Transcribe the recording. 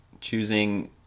choosing